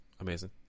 Amazing